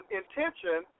intention